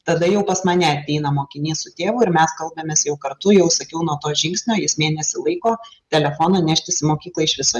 tada jau pas mane ateina mokinys su tėvu ir mes kalbamės jau kartu jau sakiau nuo to žingsnio jis mėnesį laiko telefoną neštis į mokyklą iš viso